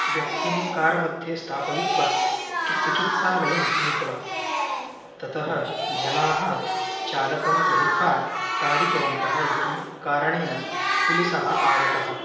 व्यक्तिं कारमध्ये स्थापयित्वा कि चिकित्सालयं नीतवान् ततः जनाः चालकं गृहित्वा ताडितवन्तः इति कारणेन पुलिसः आगतः